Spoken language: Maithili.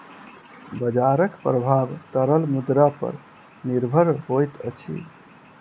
बजारक प्रभाव तरल मुद्रा पर निर्भर होइत अछि